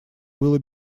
было